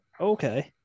Okay